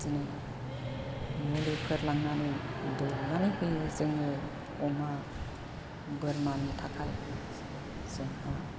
बिदिनो मुलिफोर लांनानै दौनानै होयो जोङो अमा बोरमानि थाखाय जोंहा